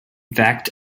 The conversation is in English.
fact